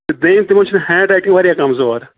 بیٚیہِ تِمَن چھِ ہیٚنڈ رایٹِنٛگ واریاہ کَمزور